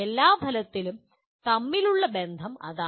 എല്ലാ ഫലങ്ങളും തമ്മിലുള്ള ബന്ധം അതാണ്